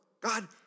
God